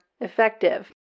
effective